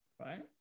Right